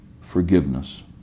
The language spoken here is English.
forgiveness